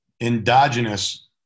endogenous